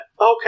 Okay